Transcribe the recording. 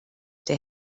der